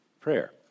prayer